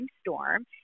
storm